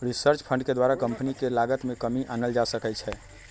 research fund के द्वारा company के लागत में कमी आनल जा सकइ छै